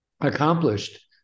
accomplished